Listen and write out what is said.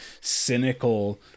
cynical